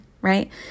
right